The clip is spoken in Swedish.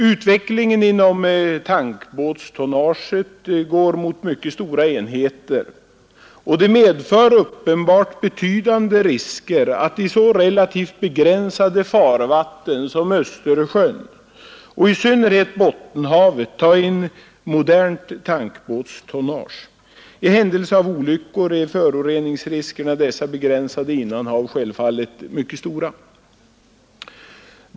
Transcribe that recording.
Utvecklingen inom tankbåtstonnaget går mot mycket stora enheter, och det medför uppenbart betydande risker att i så relativt begränsade farvatten som Östersjön och i synnerhet Bottenhavet ta in modernt tankbåtstonnage. I händelse av olyckor är föroreningsriskerna i dessa begränsade innanhav självfallet mycket stora.